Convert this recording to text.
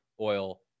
oil